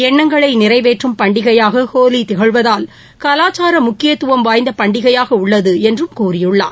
எண்ணங்களை நிறைவேற்றும் பண்டிகையாக ஹோலி திகழ்வதால் கலாச்சார முக்கியத்துவம் வாய்ந்த பண்டிகையாக உள்ளது என்றும் அவர் கூறியுள்ளார்